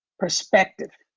perspective.